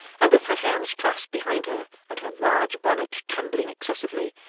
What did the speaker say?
and with her hands clasped behind her, and her large bonnet trembling excessively,